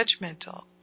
judgmental